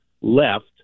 left